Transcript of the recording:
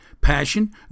Passion